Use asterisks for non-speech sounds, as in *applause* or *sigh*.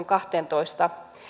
*unintelligible* kahteentoista